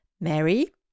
Mary